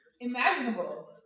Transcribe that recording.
imaginable